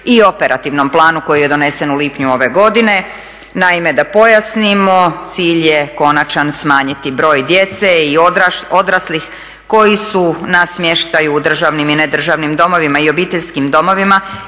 i operativnom planu koji je donesen u lipnju ove godine. Naime, da pojasnimo, cilj je konačan smanjiti broj djece i odraslih koji su na smještaju u državnim i nedržavnim domovima i obiteljskim domovima